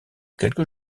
quelques